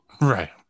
Right